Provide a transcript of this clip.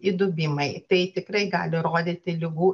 įdubimai tai tikrai gali rodyti ligų